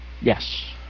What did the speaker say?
yes